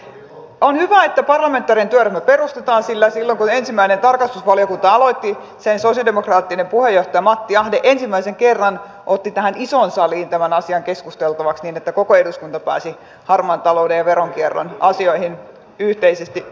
on hyvä että parlamentaarinen työryhmä perustetaan sillä silloin kun ensimmäinen tarkastusvaliokunta aloitti sen sosialidemokraattinen puheenjohtaja matti ahde ensimmäisen kerran otti tähän isoon saliin tämän asian keskusteltavaksi niin että koko eduskunta pääsi harmaan talouden ja veronkierron asioihin yhteisesti puuttumaan